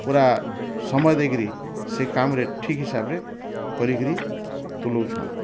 ପୁରା ସମୟ ଦେଇକିରି ସେ କାମ୍ରେ ଠିକ୍ ହିସାବ୍ରେ କରିକିରି ତୁଲୋଉଛନ୍